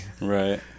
right